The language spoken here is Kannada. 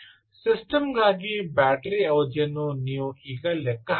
ಸಿಸ್ಟಮ್ ಗಾಗಿ ಬ್ಯಾಟರಿ ಅವಧಿಯನ್ನು ನೀವು ಈಗ ಲೆಕ್ಕ ಹಾಕಬಹುದು